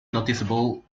noticeable